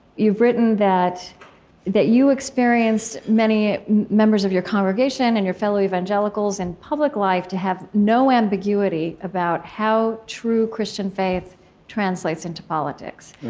you've written that that you experienced many members of your congregation and your fellow evangelicals in public life to have no ambiguity about how true christian faith translates into politics,